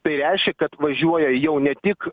tai reiškia kad važiuoja jau ne tik